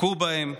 הכו בהם,